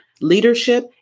leadership